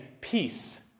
Peace